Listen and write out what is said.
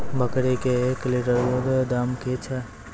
बकरी के एक लिटर दूध दाम कि छ?